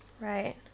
right